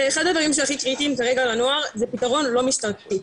אחד הדברים שהכי קריטיים בנוער זה פתרון לא משטרתי,